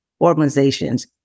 organizations